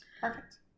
Perfect